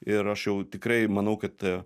ir aš jau tikrai manau kad